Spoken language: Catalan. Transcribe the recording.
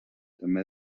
també